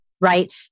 right